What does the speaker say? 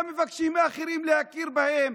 גם מבקשים מאחרים להכיר בכם.